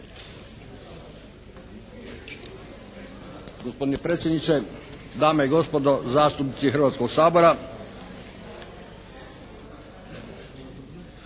Gospodine predsjedniče, dame i gospodo zastupnici Hrvatskog sabora.